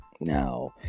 Now